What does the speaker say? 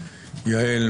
יעל,